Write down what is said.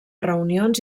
reunions